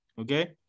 okay